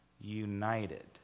united